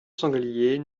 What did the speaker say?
sanglier